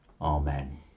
Amen